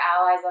allies